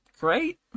great